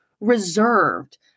reserved